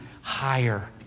higher